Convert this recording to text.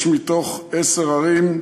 מתוך עשר ערים,